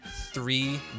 three